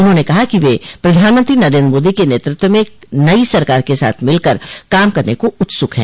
उन्होंने कहा कि वे प्रधानमंत्री नरेन्द्र मोदी के नेतृत्व में नई सरकार के साथ मिलकर काम करने को उत्सुक हैं